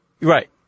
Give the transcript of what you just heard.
Right